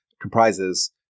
comprises